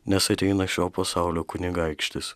nes ateina šio pasaulio kunigaikštis